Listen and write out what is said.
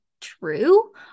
true